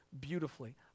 beautifully